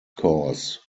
cause